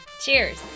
cheers